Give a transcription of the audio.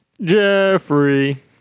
Jeffrey